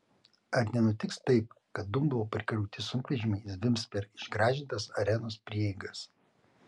ar nenutiks taip kad dumblo prikrauti sunkvežimiai zvimbs per išgražintas arenos prieigas